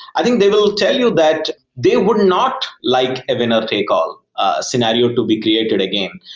i think they will tell you that they would not like a winner-take-all scenario to be clear to the game,